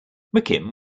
mckim